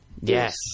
Yes